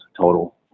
total